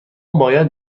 باید